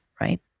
right